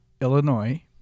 Illinois